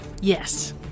Yes